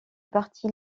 parti